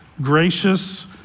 gracious